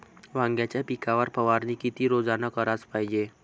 वांग्याच्या पिकावर फवारनी किती रोजानं कराच पायजे?